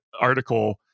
article